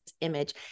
image